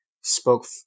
spoke